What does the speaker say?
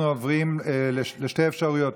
אנחנו עוברים לשתי אפשרויות.